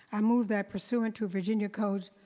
i move that pursuant to a virginia code,